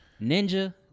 Ninja